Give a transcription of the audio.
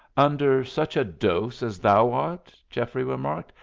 under such a dose as thou art, geoffrey remarked,